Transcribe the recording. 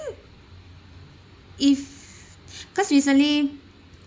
if cause recently